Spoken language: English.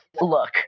look